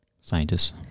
scientists